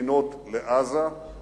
ספינות לעזה היא